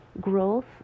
growth